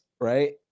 right